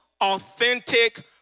Authentic